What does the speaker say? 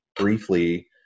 briefly